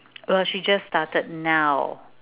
well she just started now